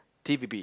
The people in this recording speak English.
t_v_B